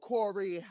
Corey